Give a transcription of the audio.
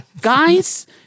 guys